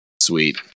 Sweet